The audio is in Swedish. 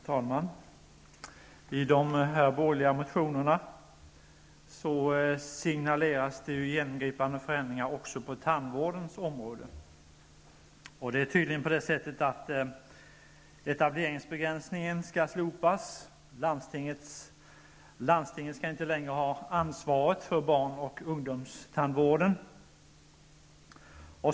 Herr talman! I de borgerliga motionerna signaleras genomgripande förändringar också på tandvårdens område. Tydligen skall etableringsbegränsningen slopas. Landstingen skall inte längre ha ansvaret för barn och ungdomstandvården.